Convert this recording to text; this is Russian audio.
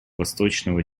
восточного